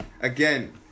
Again